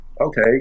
okay